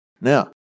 Now